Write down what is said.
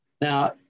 Now